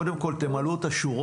קודם כול תמלאו את השורות,